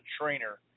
trainer